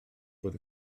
bod